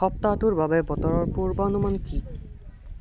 সপ্তাহটোৰ বাবে বতৰৰ পূৰ্বানুমান কি